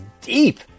deep